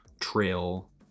trail